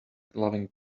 loving